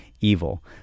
evil